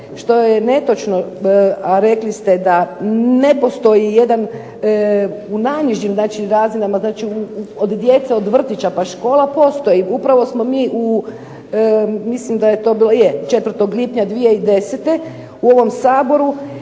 što je netočno, a rekli ste da ne postoji jedan u najnižim znači razinama, znači od djece, od djece, od vrtića pa škola postoji. Upravo smo mi, mislim da je to bilo, je, 4. lipnja 2010. u ovom Saboru